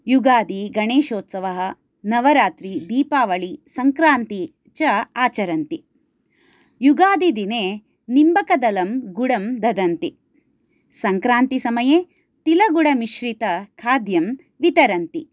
युगादि गणेशोत्सवः नवरात्री दीपावली सङ्क्रान्ती च आचरन्ति युगादिदिने निम्बकदलं गुडं ददन्ति सङ्क्रान्तिसमये तिलगुडमिश्रितखाद्यं वितरन्ति